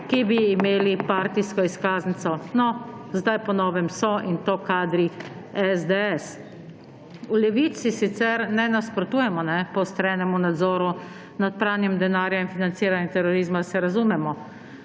ki bi imeli partijsko izkaznico. No, zdaj po novem so in to kadri SDS. V Levici sicer ne nasprotujemo poostrenemu nadzoru nad pranjem denarja in financiranjem terorizma, se razumemo,